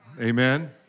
Amen